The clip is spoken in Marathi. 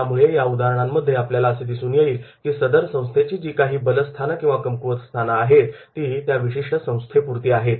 त्यामुळे या उदाहरणांमध्ये आपल्याला असे दिसून येईल की सदर संस्थेची जी काही बलस्थान किंवा कमकुवतस्थाने आहेत ती विशिष्ट संस्थेपुरती आहेत